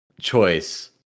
choice